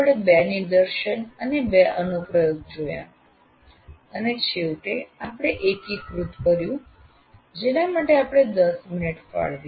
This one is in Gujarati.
આપણે 2 નિદર્શન અને 2 અનુપ્રયોગ જોયા અને છેવટે આપણે એકીકૃત કર્યું જેના માટે આપણે 10 મિનિટ ફાળવી